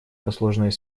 послужной